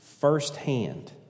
firsthand